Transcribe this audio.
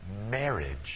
marriage